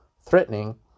threatening